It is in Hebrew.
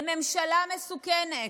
הם ממשלה מסוכנת.